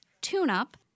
tune-up